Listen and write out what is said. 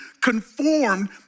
conformed